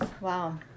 Wow